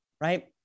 right